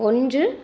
ஒன்று